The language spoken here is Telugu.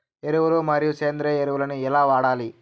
ఎరువులు మరియు సేంద్రియ ఎరువులని ఎలా వాడాలి?